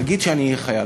תגיד שאני אהיה חייל.